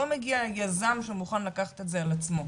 לא מגיע יזם שמוכן לקחת את זה על עצמו,